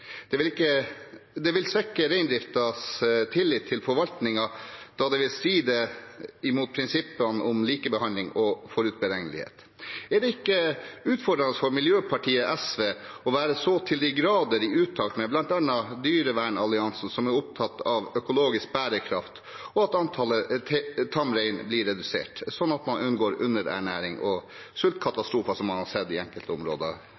Det vil svekke reindriftens tillit til forvaltningen, da det vil stride mot prinsippene om likebehandling og forutberegnelighet. Er det ikke utfordrende for miljøpartiet SV å være så til de grader i utakt med bl.a. Dyrevernalliansen, som er opptatt av økologisk bærekraft og at antallet tamrein blir redusert, så man unngår underernæring og sultkatastrofer, noe man har sett i enkelte områder